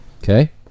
Okay